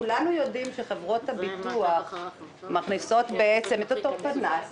כולנו יודעים שחברות הביטוח מכניסות בעצם את אותו פנס,